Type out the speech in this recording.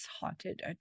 haunted